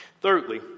Thirdly